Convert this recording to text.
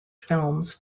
films